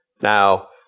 Now